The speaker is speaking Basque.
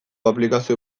aplikazio